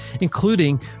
including